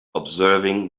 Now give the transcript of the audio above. observing